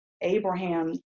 Abraham